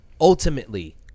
Ultimately